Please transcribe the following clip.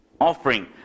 offering